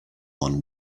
one